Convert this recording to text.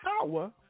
power